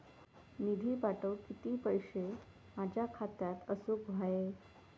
निधी पाठवुक किती पैशे माझ्या खात्यात असुक व्हाये?